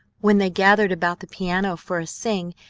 when they gathered about the piano for a sing,